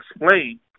explain